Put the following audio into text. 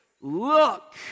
look